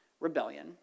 rebellion